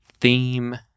Theme